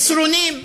מסרונים,